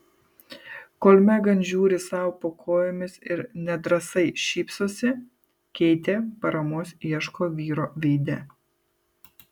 kol megan žiūri sau po kojomis ir nedrąsai šypsosi keitė paramos ieško vyro veide